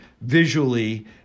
visually